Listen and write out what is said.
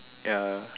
ya